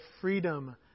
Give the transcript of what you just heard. freedom